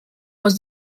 was